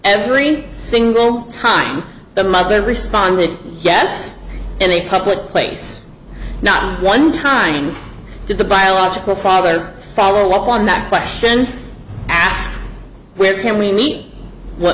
every single time the mother responded yes in a public place not one time did the biological father follow up on that question with him we nee